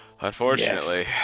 Unfortunately